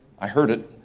i heard it.